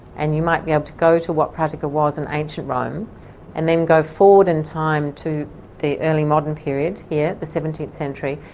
and you might be able to go to what pratica was in ancient rome and then go forward in time to the early modern period here, the seventeenth century,